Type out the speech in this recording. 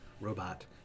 robot